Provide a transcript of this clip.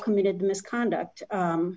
committed misconduct